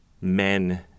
men